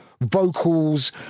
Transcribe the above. vocals